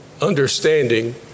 understanding